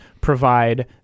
provide